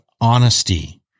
honesty